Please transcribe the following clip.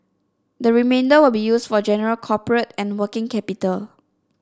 the remainder will be used for general corporate and working capital